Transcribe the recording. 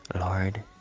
Lord